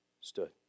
stood